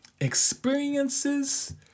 experiences